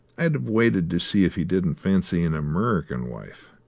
i'd have waited to see if he didn't fancy an amurrican wife.